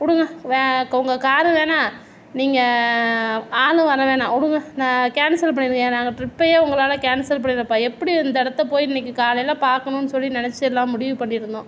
விடுங்க வே உங்கள் காரும் வேணாம் நீங்கள் ஆளும் வர வேணாம் விடுங்க நான் கேன்சல் பண்ணிவிடுங்க நாங்கள் ட்ரிப்பையே உங்களால் கேன்சல் பண்ணியிருக்கோம் இப்போ எப்படி இந்த இடத்த போய் இன்னிக்கி காலையில் பார்க்கணுன்னு சொல்லி நினச்சி எல்லாம் முடிவு பண்ணியிருந்தோம்